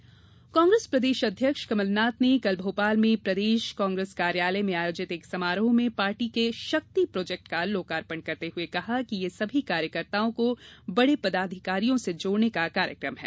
कमलनाथ कांग्रेस प्रदेश अध्यक्ष कमलनाथ ने कल भोपाल में प्रदेश कांग्रेस कार्यालय में आयोजित एक समारोह में पार्टी के शक्ति प्रोजेक्ट का लोकार्पण करते हुए कहा कि यह सभी कार्यकर्ताओं को बड़े पदाधिकारियों से जोड़ने का कार्यक्रम है